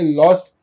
lost